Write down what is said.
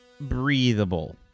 breathable